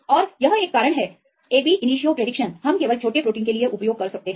और यह एक कारण है initio भविष्यवाणी हम केवल छोटे प्रोटीन के लिए उपयोग कर सकते हैं